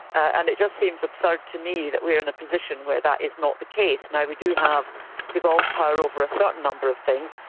and it just seems absurd to me that we're in a position where that is not the case. now, we do have devolved power over a certain number of things,